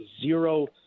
zero